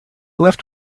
left